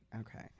okay